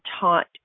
taught